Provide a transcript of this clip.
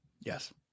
Yes